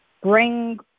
bring